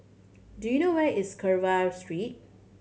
do you know where is Carver Street